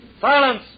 Silence